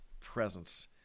presence